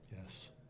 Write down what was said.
Yes